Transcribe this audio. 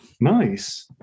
Nice